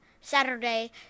Saturday